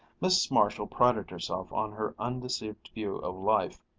mrs. marshall prided herself on her undeceived view of life,